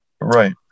Right